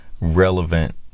relevant